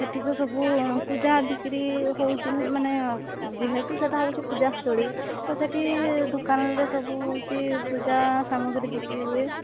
ସେଠି ତ ସବୁ ପୂଜା ବିକ୍ରି ହେଉଛି ମାନେ ଯେହେତୁ ସେଟା ହେଉଛି ପୂଜାସ୍ଥଳୀ ତ ସେଠି ଦୋକାନରେ ସବୁ କି ପୂଜା ସାମଗ୍ରୀ ବିକ୍ରି ହୁଏ